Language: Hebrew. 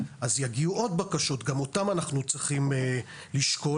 יגיעו עוד בקשות וגם אותן אנחנו צריכים לשקול.